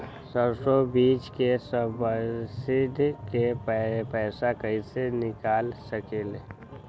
सरसों बीज के सब्सिडी के पैसा कईसे निकाल सकीले?